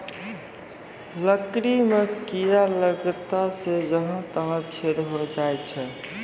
लकड़ी म कीड़ा लगला सें जहां तहां छेद होय जाय छै